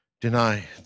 deny